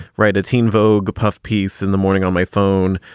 right. a teen vogue puff piece in the morning on my phone,